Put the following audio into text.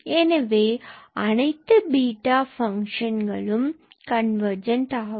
எனவே அனைத்து beta function convergent ஆகும்